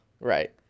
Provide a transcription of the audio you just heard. right